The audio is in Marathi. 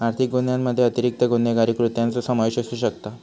आर्थिक गुन्ह्यामध्ये अतिरिक्त गुन्हेगारी कृत्यांचो समावेश असू शकता